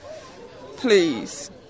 Please